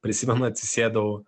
prisimenu atsisėdau